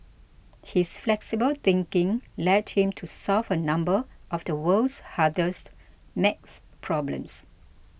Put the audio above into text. his flexible thinking led him to solve a number of the world's hardest maths problems